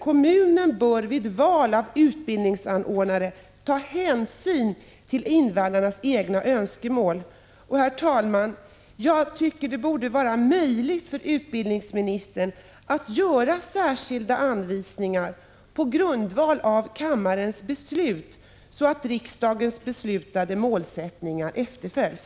Kommunen bör vid sitt val av utbildningsanordnare, -—-—-, ta hänsyn till invandrarnas egna önskemål.” Herr talman! Jag tycker att det borde vara möjligt för utbildningsministern att göra särskilda anvisningar på grundval av kammarens beslut, så att riksdagens beslutade målsättningar efterföljs.